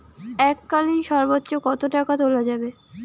এককালীন সর্বোচ্চ কত টাকা তোলা যাবে?